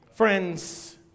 Friends